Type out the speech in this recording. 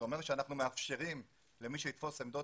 זה אומר שאנחנו מאפשרים למי שיתפוס עמדות